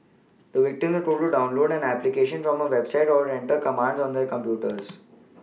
the victims were told to download an application from a website or enter commands on their computers